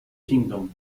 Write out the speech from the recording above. kingdom